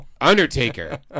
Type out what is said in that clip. Undertaker